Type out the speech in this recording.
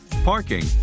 parking